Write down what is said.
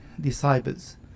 disciples